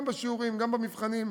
גם בשיעורים, גם במבחנים.